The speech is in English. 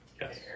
Yes